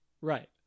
Right